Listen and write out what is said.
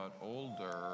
older